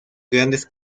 grandes